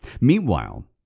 Meanwhile